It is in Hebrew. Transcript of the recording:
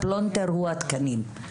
הפלונטר הוא התקנים,